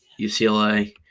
UCLA